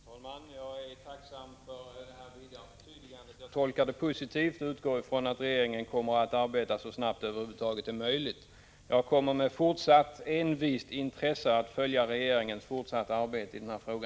Herr talman! Jag är tacksam för detta ytterligare förtydligande. Jag tolkar det positivt och utgår från att regeringen kommer att arbeta så snabbt som det över huvud taget är möjligt. Jag kommer med fortsatt envist intresse att följa regeringens arbete i denna fråga.